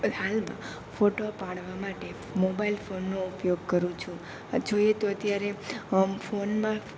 હાલમાં ફોટો પાડવા માટે મોબાઈલ ફોનનો ઉપયોગ કરું છું આ જોઈએ તો અત્યારે ફોનમાં